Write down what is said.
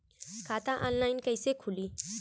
खाता ऑनलाइन कइसे खुली?